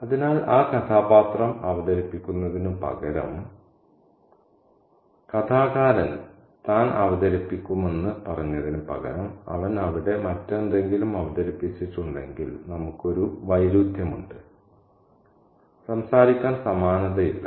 അതിനാൽ ആ കഥാപാത്രം അവതരിപ്പിക്കുന്നതിനുപകരം കഥാകാരൻ താൻ അവതരിപ്പിക്കുമെന്ന് പറഞ്ഞതിന് പകരം അവൻ അവിടെ മറ്റെന്തെങ്കിലും അവതരിപ്പിച്ചിട്ടുണ്ടെങ്കിൽ നമുക്ക് ഒരു വൈരുദ്ധ്യമുണ്ട് സംസാരിക്കാൻ സമാനതയില്ല